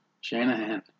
Shanahan